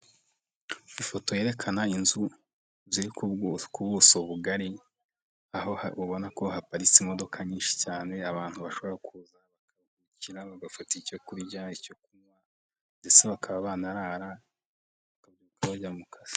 Ifoto yerekana inzu ziri ku buso bugari aho ubona ko haparitse imodoka nyinshi cyane, abantu bashobora kuza bakaharuhukira bagafata icyo kurya, icyo kunywa ndetse bakaba baharara bakabyuka bajya mu kazi.